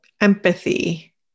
empathy